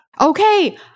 okay